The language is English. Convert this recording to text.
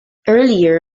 earlier